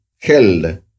held